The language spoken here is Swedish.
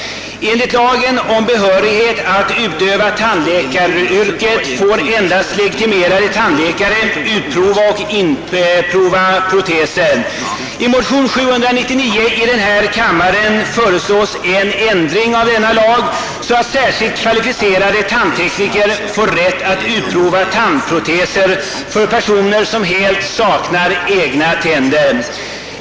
Enligt lagen om behörighet att utöva tandläkaryrket får endast legitimerade tandläkare utprova och insätta proteser. I motionen nr 799 i denna kammare föreslås en ändring av denna lag, så att särskilt kvalificerade tandtekniker får rätt att utprova tandproteéser åt personer som helt saknar egna tänder.